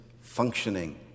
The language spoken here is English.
functioning